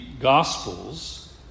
Gospels